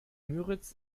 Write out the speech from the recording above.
müritz